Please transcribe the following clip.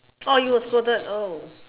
oh you got scolded oh